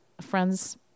friends